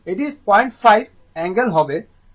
এটি 05 অ্যাঙ্গেল হবে 60o